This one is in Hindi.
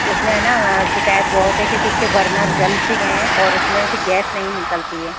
उसमें है ना शिकायत बहुत है जिसके बर्नर जल से गए है और उसमे गैस नहीं निकलती है